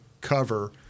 cover